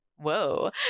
whoa